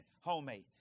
Homemade